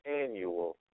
Annual